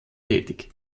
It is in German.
tätig